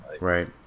Right